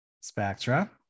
spectra